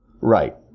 right